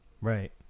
Right